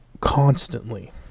constantly